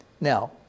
Now